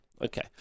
okay